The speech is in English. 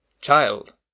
Child